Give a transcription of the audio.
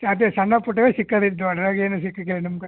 ಅದೇ ಸಣ್ಣ ಪುಟ್ಟವೆ ಚಿಕ್ಕದಿದೆ ದೊಡ್ದಾಗಿ ಏನೂ ಸಿಕ್ಕಕ್ಕಿಲ್ಲ ನಿಮಗೆ